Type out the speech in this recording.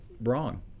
wrong